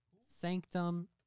Sanctum